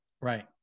Right